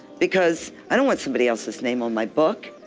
because i don't want somebody else's name on my book.